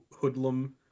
hoodlum